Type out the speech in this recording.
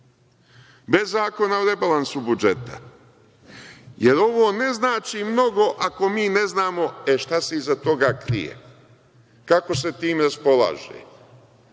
bez Zakona o rebalansu budžeta. Jer, ovo ne znači mnogo ako mi ne znamo šta se iza toga krije, kako se time raspolaže. Vi